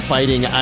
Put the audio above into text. Fighting